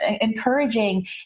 encouraging